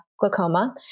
glaucoma